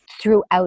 throughout